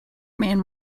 man